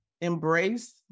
embrace